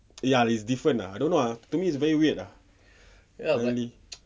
ya is different ah I don't know ah to me is very weird ah